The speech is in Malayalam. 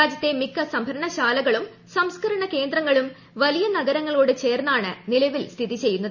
രാജ്യത്തെ മിക്ക സംഭരണശാലകളും സംസ്കരണ കേന്ദ്രങ്ങളും വലിയ നഗരങ്ങളോട് ചേർന്നാണ് നിലവിൽ സ്ഥിതി ചെയ്യുന്നത്